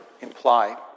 imply